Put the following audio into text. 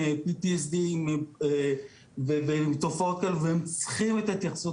ועם תופעות כאלה ואחרות והם צריכים את ההתייחסות